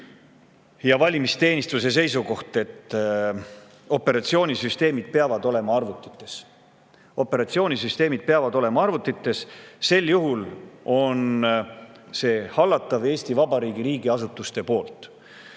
ja valimisteenistuse seisukoht, et operatsioonisüsteemid peavad olema arvutites. Operatsioonisüsteemid peavad olema arvutites, sel juhul on see kõik hallatav, Eesti Vabariigi riigiasutused